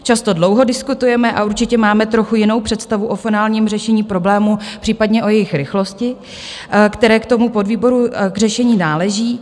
Často dlouho diskutujeme a určitě máme trochu jinou představu o finálním řešení problémů, případně o jejich rychlosti, které k tomu podvýboru k řešení náleží.